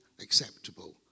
acceptable